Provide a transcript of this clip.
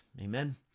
Amen